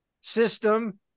system